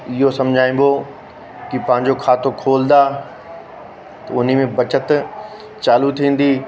इहो समुझाइबो कि पंहिंजो खातो खोलंदा हुन में बचति चालू थींदी